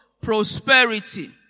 Prosperity